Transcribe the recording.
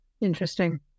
Interesting